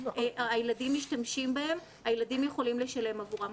שהילדים משתמשים בהם הילדים יכולים לשלם עבורם.